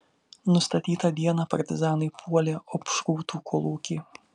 nustatytą dieną partizanai puolė opšrūtų kolūkį